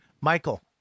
Michael